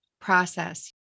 process